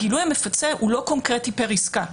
הגילוי המפצה הוא לא קונקרטי פר עסקה,